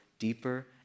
deeper